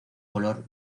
color